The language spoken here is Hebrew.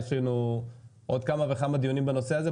יש לנו עוד כמה וכמה דיונים בנושא הזה.